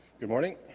good morning